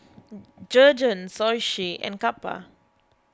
Jergens Oishi and Kappa